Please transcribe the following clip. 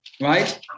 right